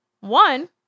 One